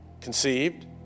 conceived